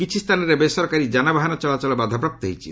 କିଛି ସ୍ଥାନରେ ବେସରକାରୀ ଯାନବାହାନ ଚଳାଚଳ ବାଧାପ୍ରାପ୍ତ ହୋଇଛି